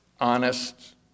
honest